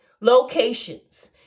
locations